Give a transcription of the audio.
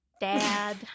Dad